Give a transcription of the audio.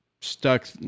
stuck